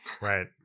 right